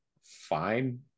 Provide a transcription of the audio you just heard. fine